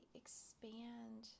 expand